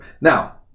Now